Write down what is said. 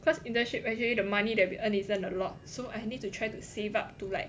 cause internship actually the money that we earn isn't a lot so I need to try to save up to like